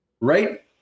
right